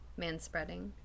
Manspreading